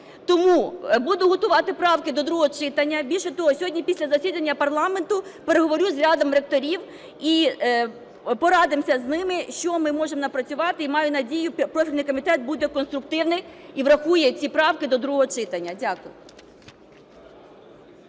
Тому буду готувати правки до другого читання. Більше того, сьогодні після засідання парламенту переговорю з рядом ректорів і порадимося з ними, що ми можемо напрацювати. І маю надію, профільний комітет буде конструктивний і врахує ці правки до другого читання. Дякую.